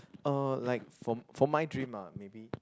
uh like for for my dream ah maybe